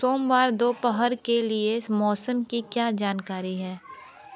सोमवार दोपहर के लिए इस मौसम की क्या जानकारी है